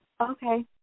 Okay